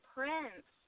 Prince